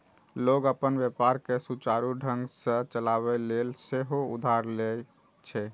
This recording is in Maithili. लोग अपन व्यापार कें सुचारू ढंग सं चलाबै लेल सेहो उधार लए छै